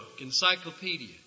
encyclopedia